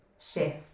shift